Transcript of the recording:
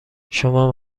شمام